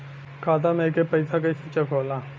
खाता में के पैसा कैसे चेक होला?